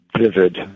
vivid